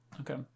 Okay